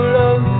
love